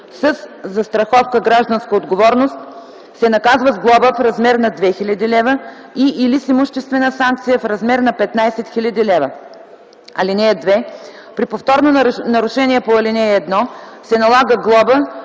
със застраховка „Гражданска отговорност”, се наказва с глоба в размер на 2000 лв. и/или с имуществена санкция в размер на 15 000 лв. (2) При повторно нарушение по ал. 1 се налага глоба